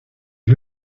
est